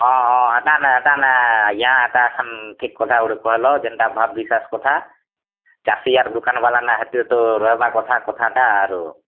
ହଁ ହଁ ହେଟା ହେଟାନେଁ ହେଟାନେଁ ଆଜ୍ଞା ହେଟା ଏଛେନ ଠିକ୍ କଥା ଗୁଟେ କହିଲ ଜେନ୍ତା ଭାବ ବିଶ୍ୱାସ କଥା ଚାଷି ଆର ଦୁକାନଵାଲାନେ ହେତକି ରହିବା କଥା କଥାଟା ଆରୁ